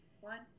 one